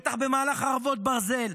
בטח במהלך חרבות ברזל,